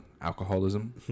alcoholism